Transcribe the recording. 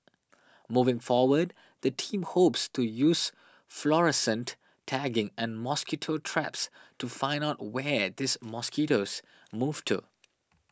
moving forward the team hopes to use fluorescent tagging and mosquito traps to find out where these mosquitoes move to